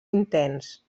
intens